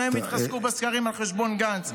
שניהם התחזקו בסקרים על חשבון גנץ.